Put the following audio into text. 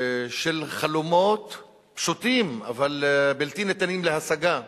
של חלומות פשוטים אבל בלתי ניתנים להשגה.